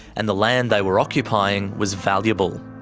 and the land they were occupying was valuable.